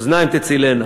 אוזניים תצילנה.